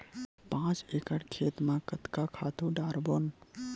पांच एकड़ खेत म कतका खातु डारबोन?